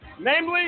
namely